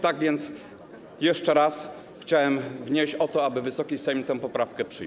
Tak więc jeszcze raz chciałem wnieść o to, aby Wysoki Sejm tę poprawkę przyjął.